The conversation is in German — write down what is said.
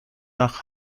nach